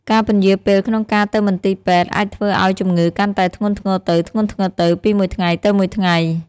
ការពន្យារពេលក្នុងការទៅមន្ទីរពេទ្យអាចធ្វើឱ្យជំងឺកាន់តែធ្ងន់ធ្ងរទៅៗពីមួយថ្ងៃទៅមួយថ្ងៃ។